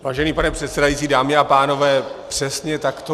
Vážený pane předsedající, dámy a pánové, přesně tak to je.